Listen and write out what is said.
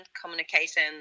communication